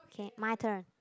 okay my turn